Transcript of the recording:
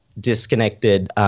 disconnected